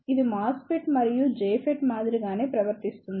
ఇది MOSFET మరియు JFET మాదిరిగానే ప్రవర్తిస్తుంది